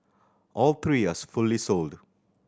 all three fully sold